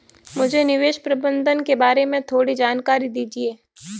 मुझे निवेश प्रबंधन के बारे में थोड़ी जानकारी दीजिए